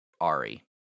Ari